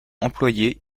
employé